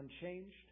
unchanged